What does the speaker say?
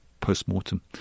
post-mortem